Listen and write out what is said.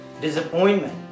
Disappointment